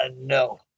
No